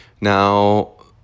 Now